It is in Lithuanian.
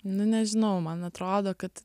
nu nežinau man atrodo kad